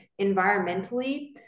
environmentally